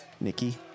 Nikki